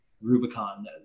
Rubicon